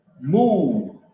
move